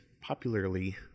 popularly